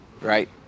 Right